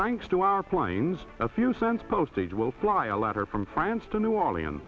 thanks to our planes a few cents postage will fly a letter from france to new orleans